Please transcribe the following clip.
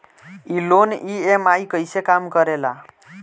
ई loan EMI कईसे काम करेला?